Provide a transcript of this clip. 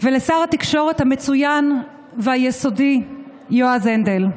ולשר התקשורת המצוין והיסודי יועז הנדל,